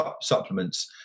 supplements